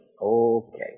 Okay